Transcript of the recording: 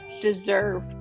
deserve